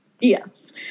Yes